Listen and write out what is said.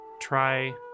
Try